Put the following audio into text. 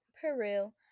peru